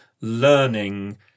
learning